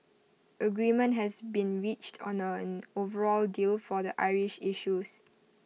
agreement has been reached on an overall deal for the Irish issues